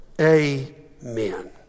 Amen